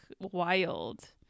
wild